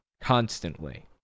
constantly